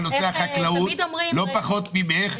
על נושא החקלאות לא פחות ממך.